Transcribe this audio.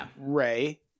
Ray